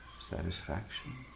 satisfaction